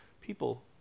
People